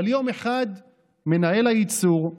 אבל יום אחד מנהל הייצור,